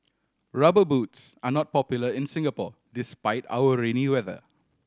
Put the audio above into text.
Rubber Boots are not popular in Singapore despite our rainy weather